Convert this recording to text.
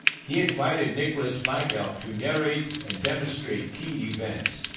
he invited nicholas black elk to narrate and demonstrate key events,